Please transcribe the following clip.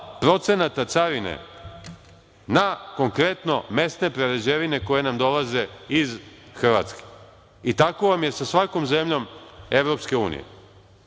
imamo 0% carine na konkretno mesne prerađevine koje nam dolaze iz Hrvatske? I tako vam je sa svakom zemljom EU.Zašto to